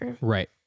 Right